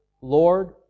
Lord